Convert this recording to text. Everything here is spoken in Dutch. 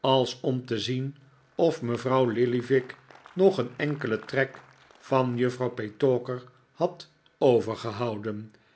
als om te zien of mevrouw lillyvick nog een enkelen trek van juffrouw petowker had overgehouden